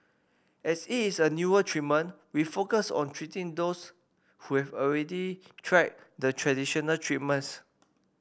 as it is a newer treatment we focus on treating those who have already tried the traditional treatments